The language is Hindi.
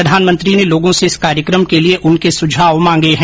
प्रधानमंत्री ने लोगों से इस कार्यक्रम के लिए उनके सुझाव मांगे है